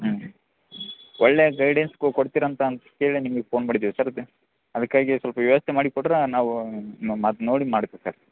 ಹ್ಞೂ ಒಳ್ಳೇ ಗೈಡೆನ್ಸ್ಗು ಕೊಡ್ತೀರಂತ ಅನ್ಸಿ ಹೇಳೆ ನಿಮ್ಗೆ ಫೋನ್ ಮಾಡಿದೀವಿ ಸರ್ ಅದು ಅದಕ್ಕಾಗಿ ಸ್ವಲ್ಪ ಯೋಚನೆ ಮಾಡಿ ಕೊಟ್ರೆ ನಾವು ಮತ್ತೆ ನೋಡಿ ಮಾಡಿಕೊಡ್ತೇವೆ